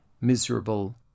miserable